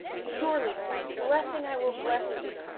surely blessing i will bless thee,